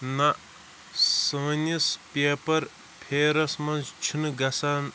نہ سٲنِس پیپَر فیرَس منٛز چھُنہٕ گژھان